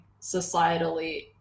societally